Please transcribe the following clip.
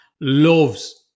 loves